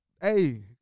hey